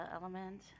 Element